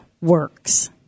works